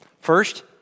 First